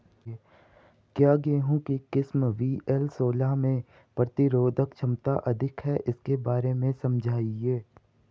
क्या गेहूँ की किस्म वी.एल सोलह में प्रतिरोधक क्षमता अधिक है इसके बारे में समझाइये?